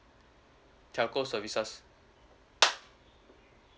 telco services